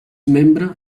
membre